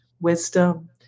wisdom